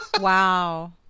wow